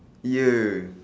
!eeyer!